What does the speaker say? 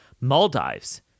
Maldives